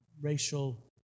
racial